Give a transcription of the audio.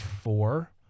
four